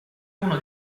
uno